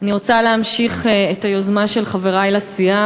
אני רוצה להמשיך את היוזמה של חברי לסיעה